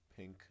Pink